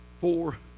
four